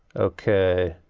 okay